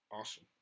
awesome